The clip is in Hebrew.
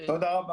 תודה רבה.